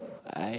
I